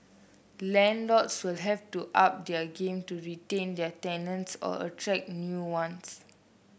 landlords will have to up their game to retain their tenants or attract new ones